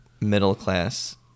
middle-class